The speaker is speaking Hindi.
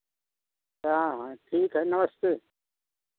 हाँ हाँ ठीक है नमस्ते